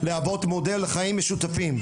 להוות מודל לחיים משותפים.